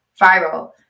viral